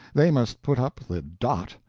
they must put up the dot,